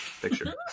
picture